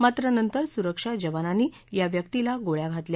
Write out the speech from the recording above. मात्र नंतर सुरक्षा जवानांनी या व्यकीला गोळ्या घातल्या